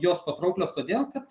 jos patrauklios todėl kad